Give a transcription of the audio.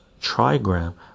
trigram